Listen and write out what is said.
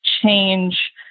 change